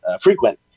frequent